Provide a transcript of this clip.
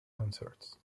concerts